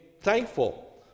thankful